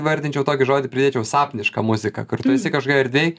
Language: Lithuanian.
įvardinčiau tokį žodį pridėčiau sapniška muzika kur tu esi kažkokioj erdvėj